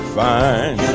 fine